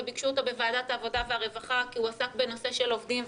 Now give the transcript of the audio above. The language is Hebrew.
וביקשו אותו בוועדת העבודה והרווחה כי הוא עסק בנושא של עובדים,